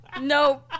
no